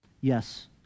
Yes